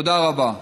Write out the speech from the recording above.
תודה רבה.